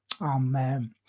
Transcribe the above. Amen